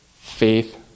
faith